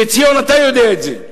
וציון, אתה יודע את זה.